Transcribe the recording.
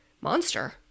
monster